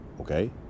Okay